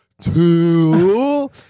Two